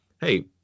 hey